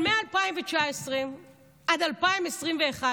אבל מ-2019 ועד 2021,